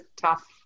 tough